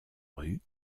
rue